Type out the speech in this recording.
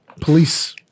police